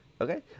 Okay